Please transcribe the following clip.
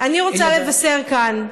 אני רוצה לבשר כאן: